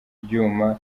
byuma